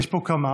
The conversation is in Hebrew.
יש פה כמה,